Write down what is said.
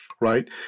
right